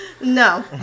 No